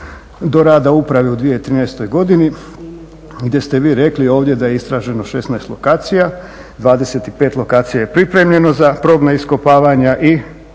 do rada uprave u 2013. godini gdje se vi rekli ovdje da je istraženo 16 lokacija. 25 lokacija je pripremljeno za probna iskopavanja i